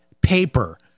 paper